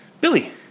Billy